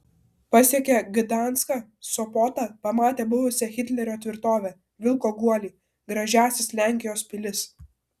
pasiekia gdanską sopotą pamatė buvusią hitlerio tvirtovę vilko guolį gražiąsias lenkijos pilis